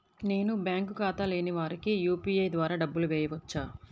నేను బ్యాంక్ ఖాతా లేని వారికి యూ.పీ.ఐ ద్వారా డబ్బులు వేయచ్చా?